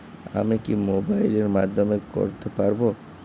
আমি কি মোবাইলের মাধ্যমে করতে পারব?